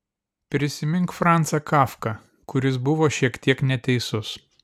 prisimink francą kafką kuris buvo šiek tiek neteisus